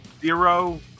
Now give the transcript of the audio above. Zero